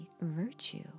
virtue